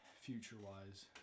future-wise